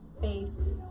based